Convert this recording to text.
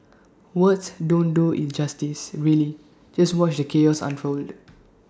words don't do IT justices really just watch the chaos unfold